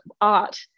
art